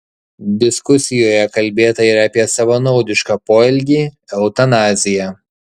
diskusijoje kalbėta ir apie savanaudišką poelgį eutanaziją